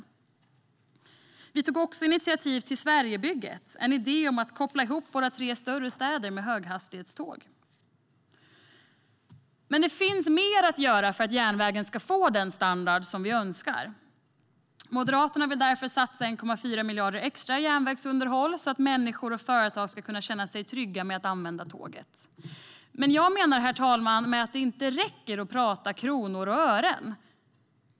Alliansen tog också initiativ till Sverigebygget, en idé om att koppla ihop våra tre större städer med höghastighetståg. Men det finns mer att göra för att järnvägen ska få den standard vi önskar. Moderaterna vill därför satsa 1,4 miljarder extra i järnvägsunderhåll så att människor och företag kan känna sig trygga med att använda tåget. Men jag menar, herr talman, att det inte räcker att prata kronor och ören.